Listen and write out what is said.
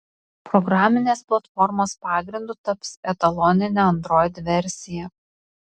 programinės platformos pagrindu taps etaloninė android versija